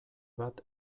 bat